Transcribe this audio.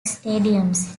stadiums